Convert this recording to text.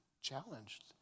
challenged